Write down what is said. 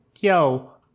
Yo